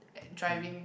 driving